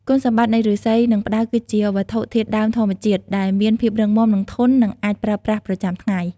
គុណសម្បត្តិនៃឫស្សី និងផ្តៅគឺជាវត្ថុធាតុដើមធម្មជាតិដែលមានភាពរឹងមាំ និង ធន់ នឹងអាចប្រើប្រាស់ប្រចាំថ្ងៃ។